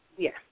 Yes